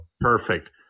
Perfect